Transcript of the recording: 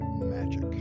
magic